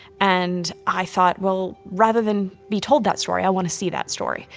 and i thought, well rather than be told that story, i wanna see that story.